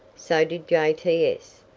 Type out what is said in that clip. so did j t s.